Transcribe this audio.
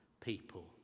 people